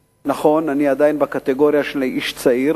נכון, אני עדיין בקטגוריה של איש צעיר,